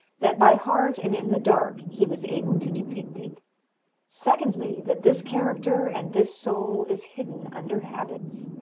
that by heart and in the dark he was able to depict it secondly, that this character and this soul is hidden under habits,